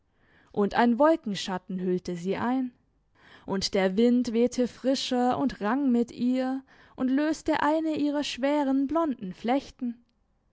und ein wolkenschatten hüllte sie ein und der wind wehte frischer und rang mit ihr und löste eine ihrer schweren blonden flechten